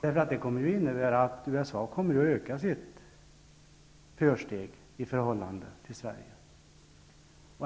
Det kommer att innebära att USA kommer att öka sitt försteg i förhållande till Sverige.